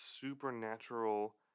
supernatural